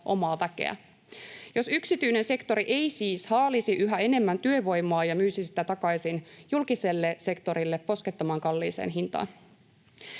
omaa väkeä — jos yksityinen sektori ei siis haalisi yhä enemmän työvoimaa ja myisi sitä takaisin julkiselle sektorille poskettoman kalliiseen hintaan.